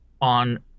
on